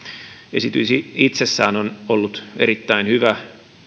esitys itsessään on ollut erittäin hyvä